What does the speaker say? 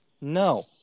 no